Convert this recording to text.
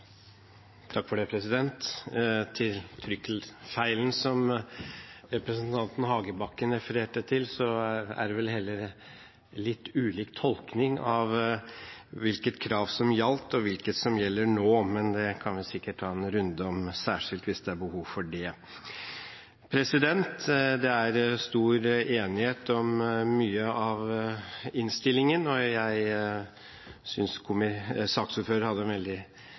Hagebakken refererte til, er det vel heller litt ulik tolkning av hvilket krav som gjaldt, og hvilket som gjelder nå. Men det kan vi sikkert ta en særskilt runde på, hvis det er behov for det. Det er stor enighet om mye av innstillingen, og jeg synes saksordføreren hadde